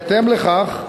בהתאם לכך,